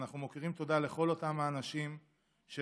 ואנחנו מכירים תודה לכל אותם האנשים שלחמו,